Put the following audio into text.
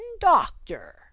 doctor